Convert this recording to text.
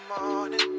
morning